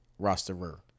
rosterer